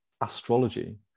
astrology